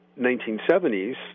1970s